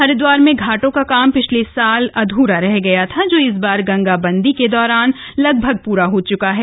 हरिदवार में घाटों का काम पिछले साल अध्रा रह गया था जो इस बार गंगा बंदी के दौरान लगभग प्रा हो च्का है